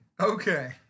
Okay